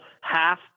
half